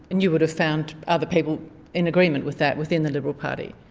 and you would have found other people in agreement with that within the liberal party?